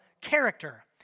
character